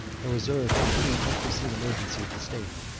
and reserved for any unforeseen emergency of the state.